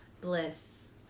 bliss